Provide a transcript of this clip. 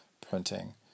printing